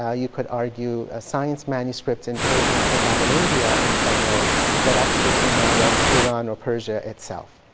ah you could argue, science manuscripts in persian came out of india in some ways that actually came out of iran or persia itself.